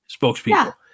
Spokespeople